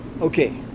okay